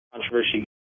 controversy